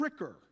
tricker